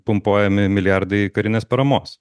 pumpuojami milijardai karinės paramos